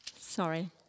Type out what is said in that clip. Sorry